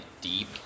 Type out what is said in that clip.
deep